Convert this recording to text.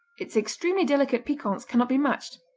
its extremely delicate piquance cannot be matched,